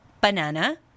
banana